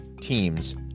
teams